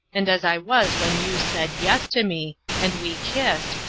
and as i was when you said yes to me, and we kissed,